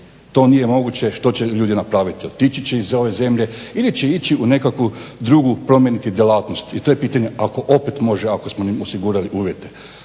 to nije moguće što će ljudi napraviti? Otići će iz ove zemlje ili će ići u neku drugu djelatnost i to je pitanje ako opet može ako smo im osigurali uvjete.